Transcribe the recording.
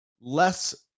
less